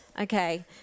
Okay